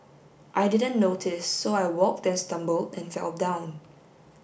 I didn't notice so I walked and stumbled and fell down